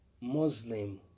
Muslim